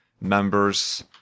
members